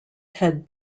ted